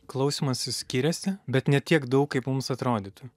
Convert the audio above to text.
klausymasis skiriasi bet ne tiek daug kaip mums atrodytų